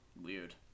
weird